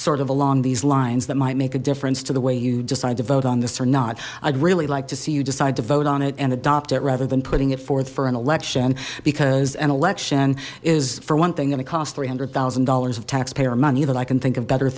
sort of along these lines that might make a difference to the way you decide to vote on this or not i'd really like to see you decide to vote on it and adopt it rather than putting it forth for an election because an election is for one thing and it cost three hundred thousand dollars of taxpayer money that i can think of better